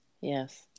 yes